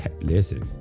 Listen